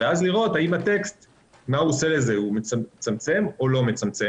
ואז לראות מה עושה לזה הטקסט האם הוא מצמצם או לא מצמצם.